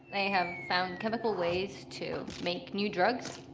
they have found chemical ways to make new drugs.